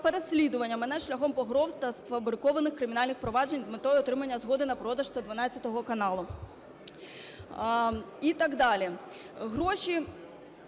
переслідування мене шляхом погроз та сфабрикованих кримінальних проваджень з метою отримання згоди на продаж "112 каналу".